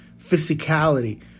physicality